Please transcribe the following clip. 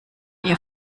ihr